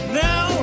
now